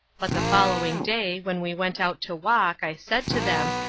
but the following day, when we went out to walk, i said to them,